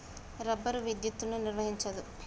rubber విద్యుత్తును నిర్వహించదు